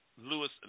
Lewis